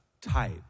type